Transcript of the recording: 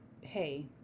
hey